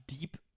deep